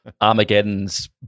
Armageddon's